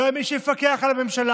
לא היה מי שיפקח על הממשלה.